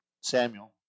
Samuel